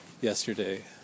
yesterday